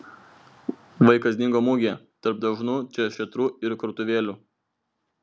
vaikas dingo mugėje tarp dažnų čia šėtrų ir krautuvėlių